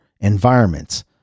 environments